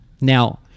Now